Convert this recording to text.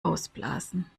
ausblasen